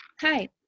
Hi